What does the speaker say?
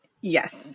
Yes